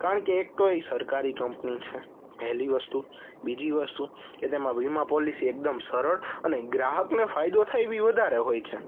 કારણકે એક તો એ સરકારી કંપની છે પહેલી વસ્તુ બીજી વસ્તુ કે તેમાં વીમા પોલિસી એકદમ સરળ અને ગ્રાહકને ફાયદો થાય એવી વધારે હોય છે